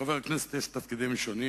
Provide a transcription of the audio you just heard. לחבר הכנסת יש תפקידים שונים,